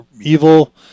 evil